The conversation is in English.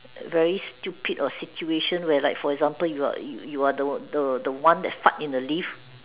very stupid of situation where like for example you're you're the the the one that stuck in the lift